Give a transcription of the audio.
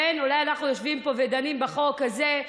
אולי אנחנו יושבים פה ודנים בחוק הזה,